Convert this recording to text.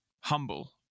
Humble